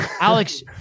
Alex